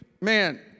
man